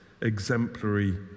exemplary